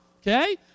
Okay